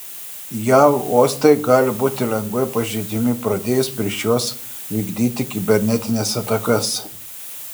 jav uostai gali būti lengvai pažeidžiami pradėjus prieš juos vykdyti kibernetines atakas